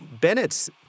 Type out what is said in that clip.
Bennett's